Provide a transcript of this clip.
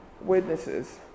witnesses